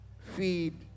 feed